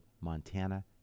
Montana